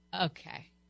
Okay